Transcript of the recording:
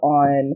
on